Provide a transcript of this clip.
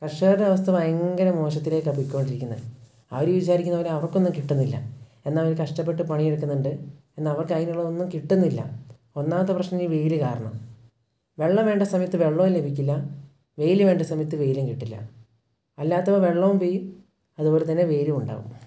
കർഷകരുടെ അവസ്ഥ ഭയങ്കര മോശത്തിലേക്കാണ് പൊയ്ക്കൊണ്ടിരിക്കുന്നത് അവർ ഈ വിചാരിക്കുന്നതുപോലെ അവർക്കൊന്നും കിട്ടുന്നില്ല എന്നാൽ അവർ കഷ്ടപ്പെട്ട് പണിയെടുക്കുന്നുണ്ട് എന്നാൽ അവർക്കതിനുള്ളതൊന്നും കിട്ടുന്നില്ല ഒന്നാമത്തെ പ്രശ്നം ഈ വെയിൽ കാരണം വെള്ളം വേണ്ട സമയത്ത് വെള്ളവും ലഭിക്കില്ല വെയിൽ വേണ്ട സമയത്ത് വെയിലും കിട്ടില്ല അല്ലാത്തപ്പം വെള്ളവും പെയ്യും അതുപോലെതന്നെ വെയിലും ഉണ്ടാവും